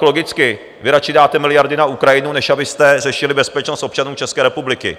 Logicky vy radši dáte miliardy na Ukrajinu, než abyste řešili bezpečnost občanů České republiky.